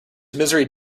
misery